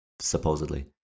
supposedly